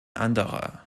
anderer